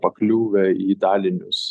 pakliuvę į dalinius